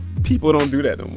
people don't do that and